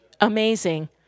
Amazing